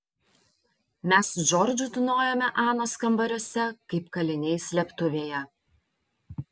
mes su džordžu tūnojome anos kambariuose kaip kaliniai slėptuvėje